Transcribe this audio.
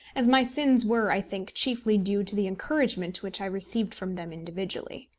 as my sins were, i think, chiefly due to the encouragement which i received from them individually.